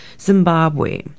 Zimbabwe